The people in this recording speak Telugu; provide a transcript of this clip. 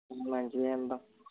మంచిగా వెళ్దాం